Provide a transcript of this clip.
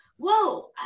Whoa